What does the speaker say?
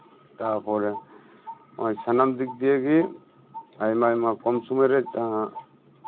ᱛᱟᱨᱯᱚᱨᱮ ᱥᱟᱱᱟᱢ ᱫᱤᱠ ᱫᱤᱭᱮ ᱜᱮ ᱟᱭᱢᱟ ᱟᱭᱢᱟ ᱠᱚᱢ ᱥᱚᱢᱚᱭᱨᱮ